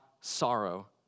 sorrow